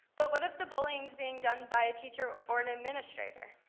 but what if the bullying's being done by a teacher or an administrator?